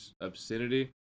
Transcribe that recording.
obscenity